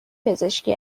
پزشکی